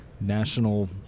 National